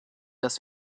dass